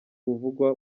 uvugwa